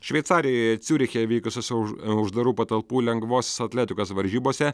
šveicarijoje ciuriche vykusiose už uždarų patalpų lengvosios atletikos varžybose